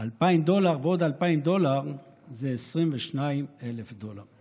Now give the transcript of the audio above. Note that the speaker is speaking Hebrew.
2,000 דולר ועוד 2,000 דולר זה 22,000 דולר.